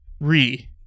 Re